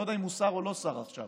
אני לא יודע אם הוא שר או לא שר עכשיו.